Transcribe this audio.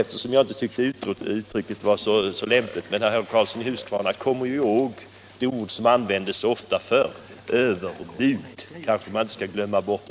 Eftersom uttrycket inte var så lämpligt skall jag inte ta upp det, men herr Karlsson i Huskvarna kommer väl ihåg det ord som användes förr - överbud. Det kanske man inte helt skall glömma bort.